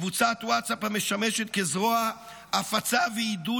קבוצת ווטסאפ המשמשת כזרוע הפצה ועידוד